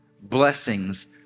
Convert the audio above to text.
blessings